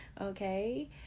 Okay